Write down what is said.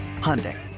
Hyundai